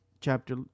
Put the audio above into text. chapter